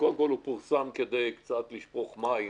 שקודם כול הוא פורסם כדי קצת לשפוך מים